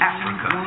Africa